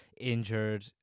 injured